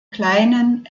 kleinen